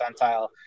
percentile